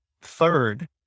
Third